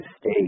state